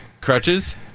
crutches